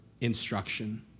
instruction